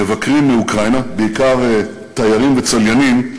מבקרים מאוקראינה, בעיקר תיירים וצליינים,